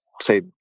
say